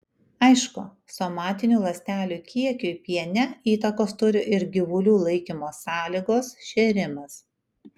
aišku somatinių ląstelių kiekiui piene įtakos turi ir gyvulių laikymo sąlygos šėrimas